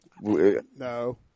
No